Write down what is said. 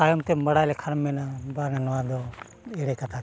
ᱛᱟᱭᱚᱢ ᱛᱮᱢ ᱵᱟᱰᱟᱭ ᱞᱮᱠᱷᱟᱱᱮᱢ ᱢᱮᱱᱟ ᱵᱟᱝᱟ ᱱᱚᱣᱟᱫᱚ ᱮᱲᱮ ᱠᱟᱛᱷᱟ ᱠᱟᱱᱟ